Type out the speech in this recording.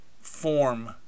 form